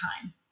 time